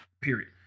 period